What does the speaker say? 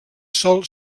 sòl